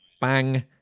bang